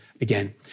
again